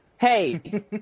Hey